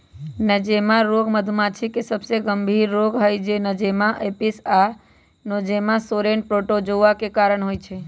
Nosema रोग मधुमाछी के सबसे गंभीर रोग हई जे नोज़ेमा एपिस आ नोज़ेमा सेरेने प्रोटोज़ोआ के कारण होइ छइ